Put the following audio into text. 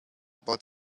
but